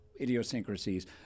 idiosyncrasies